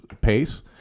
pace